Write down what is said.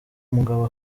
umugabo